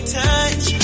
touch